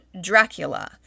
Dracula